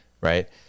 right